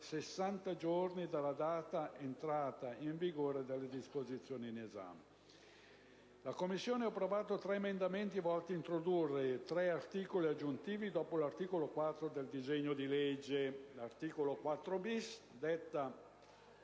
giorni dalla data di entrata in vigore della disposizione in esame. La Commissione ha approvato tre emendamenti volti a introdurre tre articoli aggiuntivi dopo l'articolo 3 del disegno di legge nel Testo della